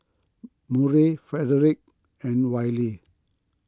Murray Frederick and Wylie